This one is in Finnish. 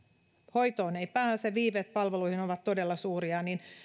hoitoon ei pääse ja viiveet palveluihin ovat todella suuria